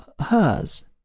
hers